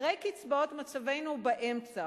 אחרי קצבאות מצבנו באמצע.